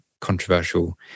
controversial